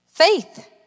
Faith